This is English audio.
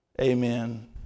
Amen